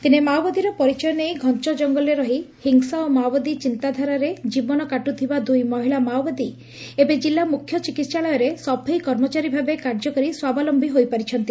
ଦିନେ ମାଓବାଦୀର ପରିଚୟ ନେଇ ଘଞ କଙ୍ଗଲରେ ରହି ହିଂସା ଓ ମାଓବାଦୀ ଚିନ୍ତାଧାରାରେ ଜୀବନ କାଟୁଥିବା ଦୁଇ ମହିଳା ମାଓବାଦୀ ଏବେ ଜିଲ୍ଲା ମୁଖ୍ୟ ଚିକିହାଳୟରେ ସଫେଇ କର୍ମଚାରୀଭାବେ କାର୍ଯ୍ୟକରି ସ୍ୱାବଲମ୍ନୀ ହୋଇପାରିଛନ୍ତି